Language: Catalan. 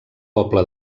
poble